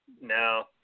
No